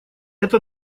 это